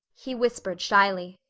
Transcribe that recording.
he whispered shyly,